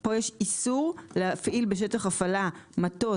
פה יש איסור להפעיל בשטח הפעלה מטוס,